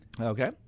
okay